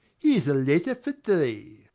here's a letter for thee.